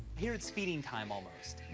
here it's feeding time, almost.